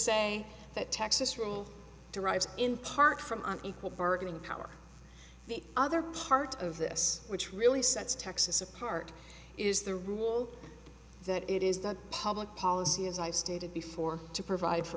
say that texas rule derives in part from an equal burden of power the other part of this which really sets texas apart is the rule that it is the public policy as i've stated before to provide for